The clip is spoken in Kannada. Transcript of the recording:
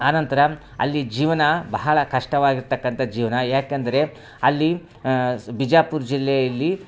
ಆನಂತರ ಅಲ್ಲಿ ಜೀವನ ಬಹಳ ಕಷ್ಟವಾಗಿರ್ತಕ್ಕಂಥ ಜೀವನ ಯಾಕಂದರೆ ಅಲ್ಲಿ ಬಿಜಾಪುರ ಜಿಲ್ಲೆಯಲ್ಲಿ